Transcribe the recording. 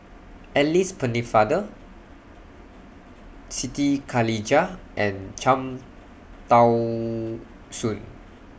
Alice Pennefather Siti Khalijah and Cham Tao Soon